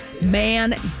Man